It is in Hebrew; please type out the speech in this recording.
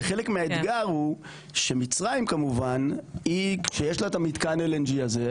וחלק מהאתגר הוא שמצרים כמובן שיש לה את מתקן ה-LNG הזה,